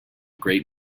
great